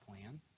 plan